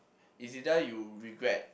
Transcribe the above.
its either you regret